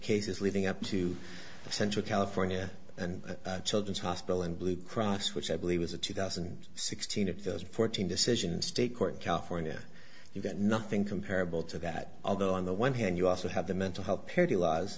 cases leading up to the central california and children's hospital in blue cross which i believe was a two thousand and sixteen of those fourteen decisions state court california you've got nothing comparable to that although on the one hand you also have the mental health parity laws